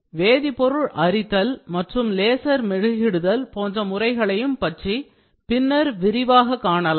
வேதிப் பொருள் அரித்தல் மற்றும் லேசர் மெருகிடுதல்போன்ற முறைகளையும் பற்றி பின்னர் விரிவாகக் காணலாம்